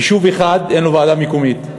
יישוב אחד אין לו ועדה מקומית.